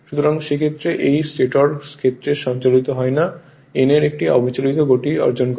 সুতরাং এই ক্ষেত্রে এটি স্টেটর ক্ষেত্রে সঞ্চালিত হয় যা n এর একটি অবিচলিত গতি অর্জন করে